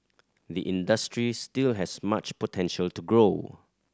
the industry still has much potential to grow